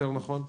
נכון יותר,